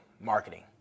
marketing